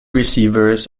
receivers